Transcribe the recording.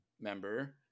member